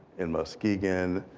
in muskegon,